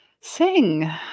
Sing